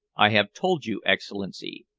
i have told you, excellency.